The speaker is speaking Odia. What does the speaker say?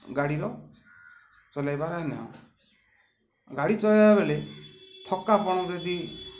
ଗାଡ଼ିର ଚଲେଇବାର ଗାଡ଼ି ଚଳେଇବା ବେଲେ ଥକ୍କାପଣ ଯଦି